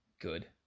good